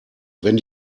wenn